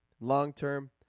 long-term